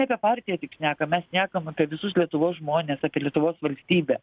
apie partiją tik šnekam mes šnekam apie visus lietuvos žmones apie lietuvos valstybę